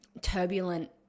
turbulent